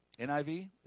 NIV